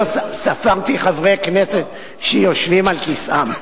ספרתי חברי כנסת שיושבים על כיסאם.